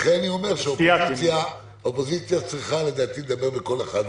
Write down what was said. לכן אני אומר שאופוזיציה צריכה לדעתי לדבר בקול אחד,